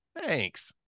Thanks